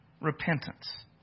repentance